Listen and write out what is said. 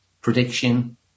prediction